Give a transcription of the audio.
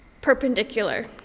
perpendicular